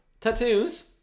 tattoos